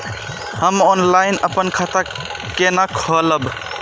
हम ऑनलाइन अपन खाता केना खोलाब?